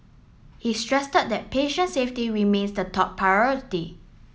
he stress that patient safety remains the top priority